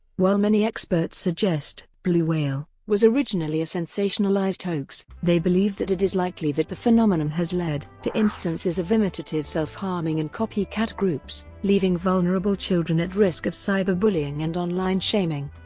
while many experts suggest blue whale was originally a sensationalised hoax, they believe that it is likely that the phenomenon has led to instances of imitative self-harming and copycat groups, leaving vulnerable children at risk of cyberbullying and online shaming.